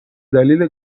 دلیل